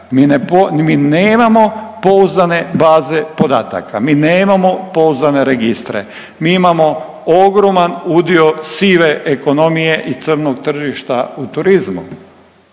Mi nemamo pouzdane baze podataka, mi nemamo pouzdane registre. Mi imamo ogroman udio sive ekonomije i crnog tržišta u turizmu.